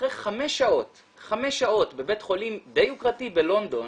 ואחרי חמש שעות בבית חולים די יוקרתי בלונדון,